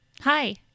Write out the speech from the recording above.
Hi